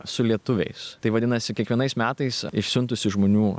su lietuviais tai vadinasi kiekvienais metais išsiuntusį žmonių